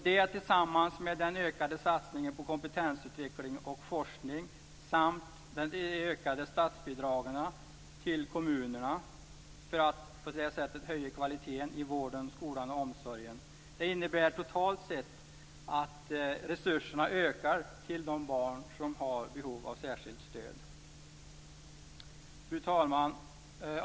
Detta tillsammans med den ökade satsningen på kompetensutveckling och forskning samt de ökade statsbidragen till kommunerna för att höja kvaliteten i vården, skolan och omsorgen innebär totalt sett att resurserna till de barn som har behov av särskilt stöd ökar. Fru talman!